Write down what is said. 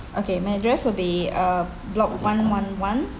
okay my address will be uh block one one one